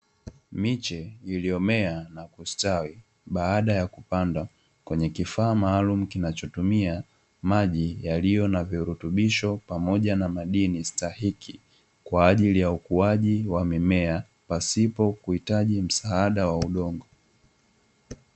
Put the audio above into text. Miche iliyo mea na kustawi baada ya kupandwa kwenye kifaa maalumu, kinachotumia maji yaliyo na virutubisho pamoja na madini stahiki kwa ajili ya ukuaji wa mimea pasipo kuhitaji msaada wa udongo.